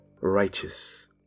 righteous